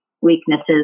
weaknesses